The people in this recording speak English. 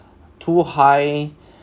too high